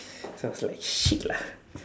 so I was like shit lah